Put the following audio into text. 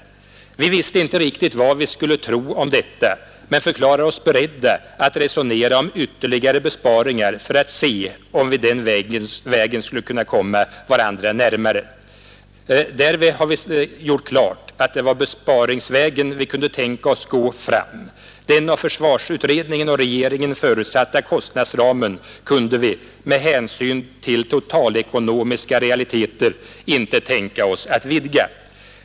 Vi visste inte riktigt vad vi skulle tro om detta men förklarade oss beredda att resonera om ytterligare besparingar för att se om vi den vägen skulle kunna komma varandra närmare. Därvid har vi gjort klart att det var besparingsvägen vi kunde tänka oss att gå fram. Den av försvarsutredningen och regeringen förutsatta kostnadsramen kunde vi med hänsyn till totalekonomiska realiteter inte tänka oss att vidga.